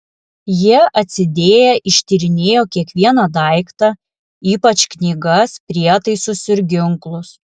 jie atsidėję ištyrinėjo kiekvieną daiktą ypač knygas prietaisus ir ginklus